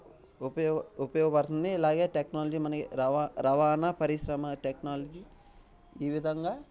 ఉపయోగపడుతుంది ఇలాగే టెక్నాలజీ మనకి రవాణా పరిశ్రమ టెక్నాలజీ ఈ విధంగా